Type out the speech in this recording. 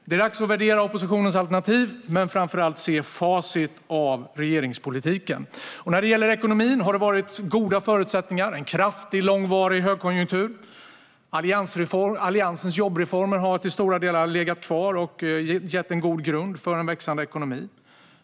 Det är dags att värdera oppositionens alternativ men framför allt att titta på facit av regeringspolitiken. När det gäller ekonomin har det varit goda förutsättningar, en kraftig och långvarig högkonjunktur. Alliansens jobbreformer har till stora delar legat kvar och gett en god grund för en växande ekonomi.